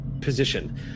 position